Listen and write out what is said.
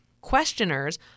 Questioners